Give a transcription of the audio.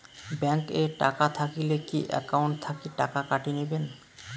Bank এ টাকা থাকিলে কি একাউন্ট থাকি টাকা কাটি নিবেন?